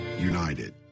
united